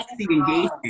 engagement